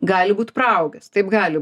gali būt praaugęs taip gali